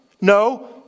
no